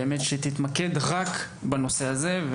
שבאמת תתמקד רק בנושא הזה,